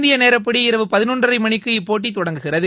இந்தியநேரப்படி இரவு பதினொன்றரைமணிக்கு இப்போட்டி தொடங்குகிறது